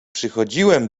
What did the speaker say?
przychodziłem